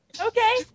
Okay